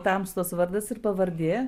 tamstos vardas ir pavardė